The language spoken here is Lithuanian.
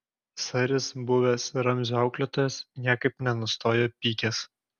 saris buvęs ramzio auklėtojas niekaip nenustojo pykęs